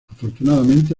afortunadamente